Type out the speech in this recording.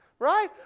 Right